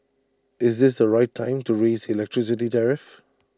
is this the right time to raise the electricity tariff